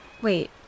Wait